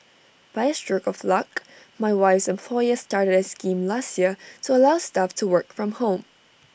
by A stroke of luck my wife's employer started A scheme last year to allow staff to work from home